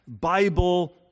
Bible